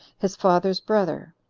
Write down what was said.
his father's brother,